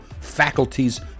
faculties